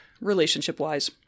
relationship-wise